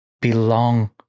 belong